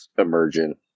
emergent